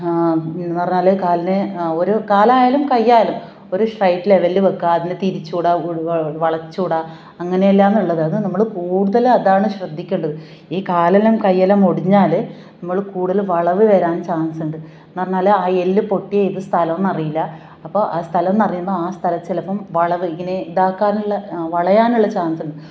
എന്ന് പറഞ്ഞാൽ കാലിനെ ഒരു കലായാലും കയ്യായാലും ഒരു സ്ട്രൈറ്റ് ലെവലിൽ വെക്കുക അതിനെ തിരിച്ചു കൂട വളച്ചു കൂട അങ്ങനെയെല്ലാം എന്നുള്ളത് അത് നമ്മൾ കൂടുതൽ അതാണ് ശ്രദ്ധിക്കണ്ടത് ഈ കാലെല്ലാം കയ്യെല്ലാം ഒടിഞ്ഞാൽ നമ്മൾ കൂടുതൽ വളവ് വരാൻ ചാൻസുണ്ട് എന്ന് പറഞ്ഞാൽ ആ എല്ല് പൊട്ടി ഏത് സ്ഥലമെന്ന് അറിയില്ല അപ്പോൾ ആ സ്ഥലമെന്നറിയുമ്പോൾ ആ സ്ഥലം ചിലപ്പം വളവ് ഇങ്ങനെ ഇതാക്കാനുള്ള വളയാനുള്ള ചാൻസുണ്ട്